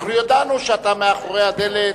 ידענו שאתה מאחורי הדלת.